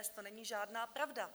To není žádná pravda.